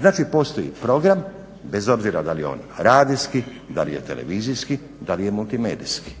znači postoji program, bez obzira da li je on radijski, da li je televizijski, da li je multimedijski.